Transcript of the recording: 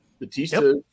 Batista